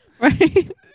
Right